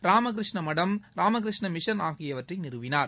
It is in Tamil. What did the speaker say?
ராமகிருஷ்ண மடம் ராமகிருஷ்ண மிஷன் ஆகியவற்றை நிறுவினார்